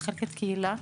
מחלקת קהילה,